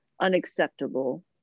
unacceptable